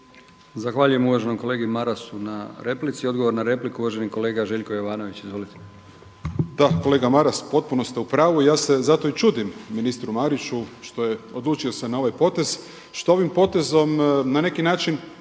Zahvaljujem uvaženom kolegi Marasu na replici. Odgovor na repliku uvaženi kolega Željko Jovanović. **Jovanović, Željko (SDP)** Da, kolega Maras, potpuno ste u pravu. Ja se zato i čudim ministru Mariću što je odlučio se na ovaj potez, što ovim potezom na neki način